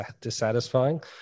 dissatisfying